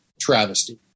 travesty